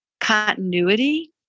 continuity